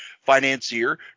financier